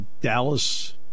Dallas